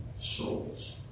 souls